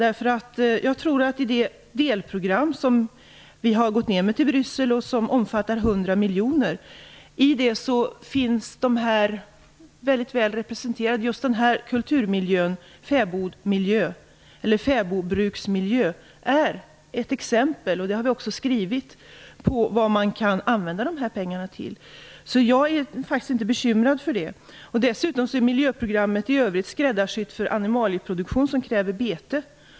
I det delprogram som vi har lämnat till Bryssel, och som omfattar 100 miljoner, finns dessa väldigt väl representerade. Just denna kulturmiljö, fäbodbruksmiljö, är ett exempel på vad man kan använda dessa pengar till, och det har vi också skrivit. Jag är faktiskt inte bekymrad över det. Dessutom är miljöprogrammet i övrigt skräddarsytt för animalieproduktion som kräver bete.